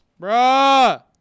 bruh